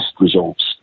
results